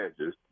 edges